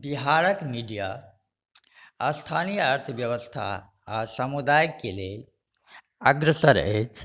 बिहारक मीडिया स्थानीय अर्थव्यवस्था आ समुदायके लेल अग्रसर अछि